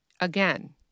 again